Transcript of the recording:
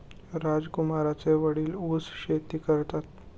राजकुमारचे वडील ऊस शेती करतात